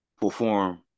perform